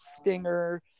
stinger